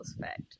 fact